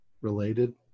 related